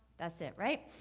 that's it, right?